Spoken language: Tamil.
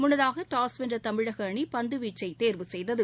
முன்னதாகடாஸ் வென்றதமிழகஅணிபந்துவீச்சைதேர்வு செய்தது